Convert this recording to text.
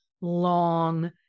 long